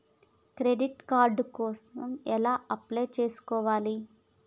Credit card కోసం ఎలా apply చేసుకోవాలి?